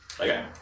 Okay